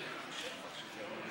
מושך זמן.